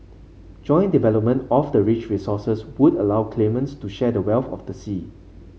joint development of the rich resources would allow claimants to share the wealth of the sea